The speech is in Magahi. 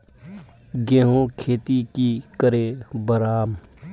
गेंहू खेती की करे बढ़ाम?